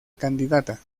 candidata